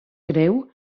greu